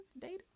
dating